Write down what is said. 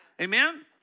Amen